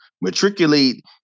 matriculate